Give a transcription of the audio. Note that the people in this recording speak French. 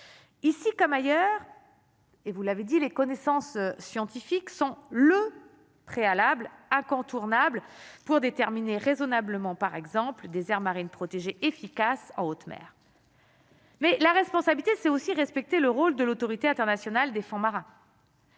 et vous l'avez dit, les connaissances scientifiques sont le préalable incontournable pour déterminer raisonnablement par exemple des aires marines protégées efficace en haute mer. Mais la responsabilité, c'est aussi respecter le rôle de l'autorité internationale des fonds marins.